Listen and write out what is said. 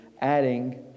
adding